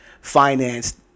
financed